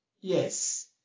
Yes